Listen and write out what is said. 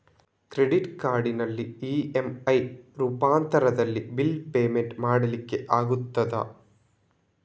Credit ಕಾರ್ಡಿನಲ್ಲಿ EMI ರೂಪಾಂತರದಲ್ಲಿ bill payment ಮಾಡ್ಲಿಕ್ಕೆ ಆಗ್ತದ?